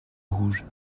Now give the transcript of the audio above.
rouge